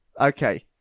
Okay